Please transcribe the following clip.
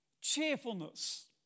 cheerfulness